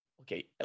okay